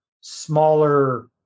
smaller